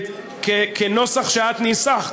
כנוסח שאת ניסחת,